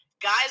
guys